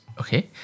Okay